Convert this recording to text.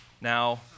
now